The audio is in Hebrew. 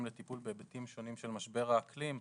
לטיפול בהיבטים שונים של משבר האקלים.